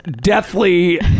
deathly